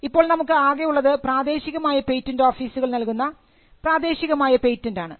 ഇപ്പോൾ നമുക്ക് ആകെ ഉള്ളത് പ്രാദേശികമായ പേറ്റന്റ് ഓഫീസുകൾ നൽകുന്ന പ്രാദേശികമായ പേറ്റന്റ് ആണ്